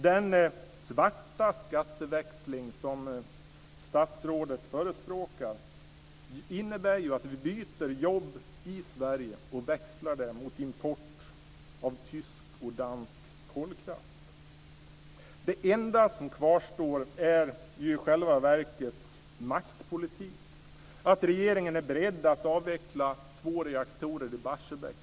Den svarta skatteväxling som statsrådet förespråkar innebär ju att vi byter jobb i Sverige mot import av tysk och dansk kolkraft. Det enda som kvarstår är i själva verket maktpolitik. Regeringen är beredd att avveckla två reaktorer i Barsebäck.